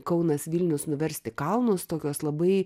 kaunas vilnius nuversti kalnus tokios labai